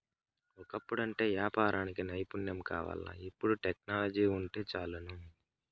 ఒకప్పుడంటే యాపారానికి నైపుణ్యం కావాల్ల, ఇపుడు టెక్నాలజీ వుంటే చాలును